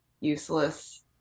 useless